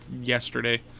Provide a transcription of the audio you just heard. yesterday